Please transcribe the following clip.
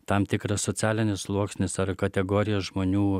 tam tikras socialinis sluoksnis ar kategorija žmonių